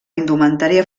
indumentària